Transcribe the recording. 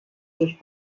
durch